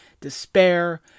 despair